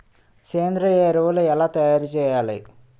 సేంద్రీయ ఎరువులు ఎలా తయారు చేయాలి?